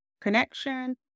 connection